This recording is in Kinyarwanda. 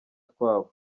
twabo